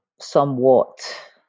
somewhat